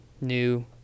new